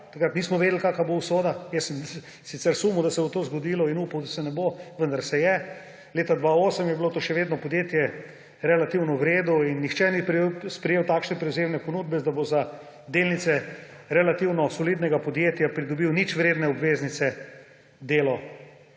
nismo vedeli, kakšna bo usoda, jaz sem sicer sumil, da se bo to zgodilo, in upal, da se ne bo, vendar se je. Leta 2008 je bilo to podjetje še vedno relativno v redu in nihče ni sprejel takšne prevzemne ponudbe, da bo za delnice relativno solidnega podjetja pridobil ničvredne obveznice